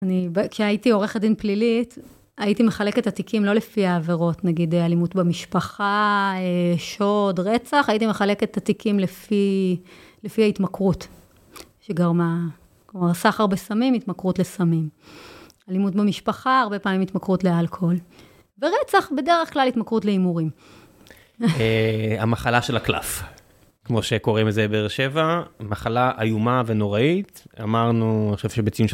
אני, כשהייתי עורכת דין פלילית, הייתי מחלקת את התיקים לא לפי העבירות, נגיד אלימות במשפחה, שוד, רצח, הייתי מחלקת את התיקים לפי ההתמכרות שגרמה. כלומר, סחר בסמים, התמכרות לסמים. אלימות במשפחה, הרבה פעמים התמכרות לאלכוהול. ורצח, בדרך כלל התמכרות להימורים. המחלה של הקלף, כמו שקוראים לזה בבאר שבע, מחלה איומה ונוראית. אמרנו, אני חושב ש.. של...